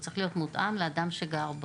הוא צריך להיות מותאם לאדם שגר בו.